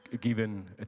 given